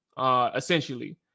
essentially